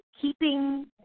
keeping